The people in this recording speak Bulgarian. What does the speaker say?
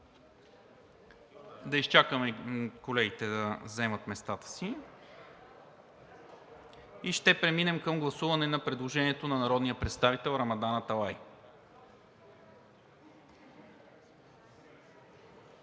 Да изчакаме колегите да заемат местата си и ще преминем към гласуване на предложението на народния представител Рамадан Аталай.